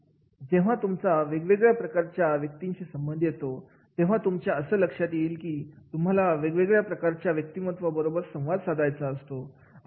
जेव्हा तुमचा वेगवेगळ्या प्रकारच्या व्यक्तींची संबंध येतो तेव्हा तुमच्या असं लक्षात येईल की तुम्हाला वेगवेगळ्या प्रकारच्या व्यक्तिमत्वां बरोबर संवाद साधायचा असतो